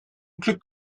glück